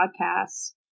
podcasts